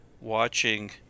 watching